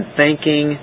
thanking